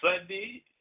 Sunday